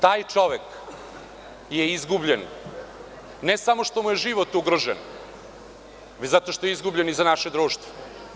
Taj čovek je izgubljen, ne samo što mu je život ugrožen već zato što je izgubljen i za naše društvo.